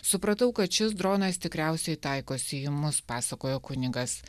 supratau kad šis dronas tikriausiai taikosi į mus pasakojo kunigas